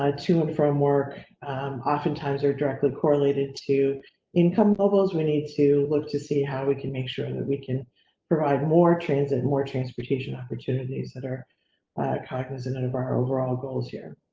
ah to and from work oftentimes are directly correlated to income levels. we need to look to see how we can make sure and that we can provide more transit and more transportation opportunities. that are cognizant and of our overall goals here.